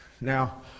Now